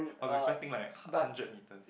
i was expecting like hu~ hundred meters